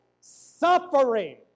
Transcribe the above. suffering